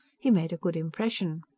he made a good impression.